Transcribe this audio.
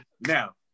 now